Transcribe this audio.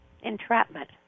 entrapment